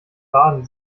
barden